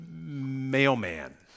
mailman